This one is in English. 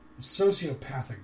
sociopathic